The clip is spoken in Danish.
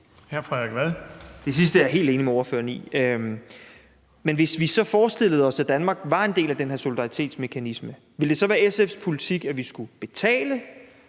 Frederik Vad (S): Det sidste er jeg helt enig med ordføreren i. Men hvis vi så forestillede os, at Danmark var en del af den her solidaritetsmekanisme, ville det så være SF's politik, at vi skulle betale